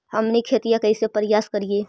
हमनी खेतीया कइसे परियास करियय?